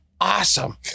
awesome